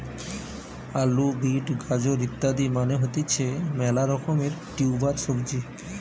আলু, বিট, গাজর ইত্যাদি মানে হতিছে মেলা রকমের টিউবার সবজি